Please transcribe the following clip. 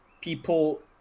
people